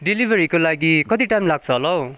डेलिभरीको लागि कति टाइम लाग्छ होला हौ